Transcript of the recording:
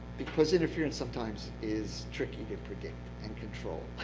because interference sometimes is tricky to predict and control.